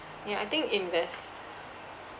ya I think invest